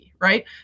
Right